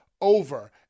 over